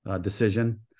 decision